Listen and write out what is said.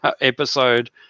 episode